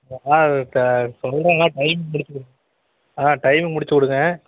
ஆ இப்போ சொல்கிற மாதிரி டைம் இருக்குது ஆ டைமுக்கு முடித்து கொடுங்க